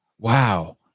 Wow